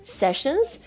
sessions